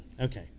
Okay